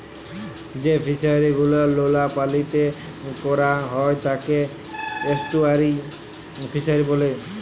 যেই ফিশারি গুলো লোলা পালিতে ক্যরা হ্যয় তাকে এস্টুয়ারই ফিসারী ব্যলে